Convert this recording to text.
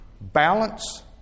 balance